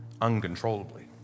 uncontrollably